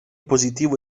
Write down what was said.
positivo